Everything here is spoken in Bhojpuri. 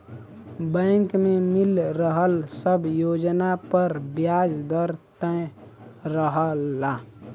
बैंक में मिल रहल सब योजना पर ब्याज दर तय रहला